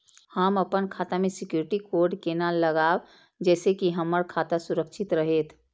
हम अपन खाता में सिक्युरिटी कोड केना लगाव जैसे के हमर खाता सुरक्षित रहैत?